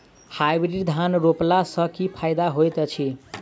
Hybrid धान रोपला सँ की फायदा होइत अछि?